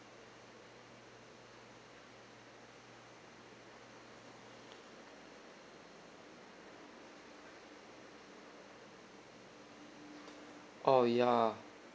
oh ya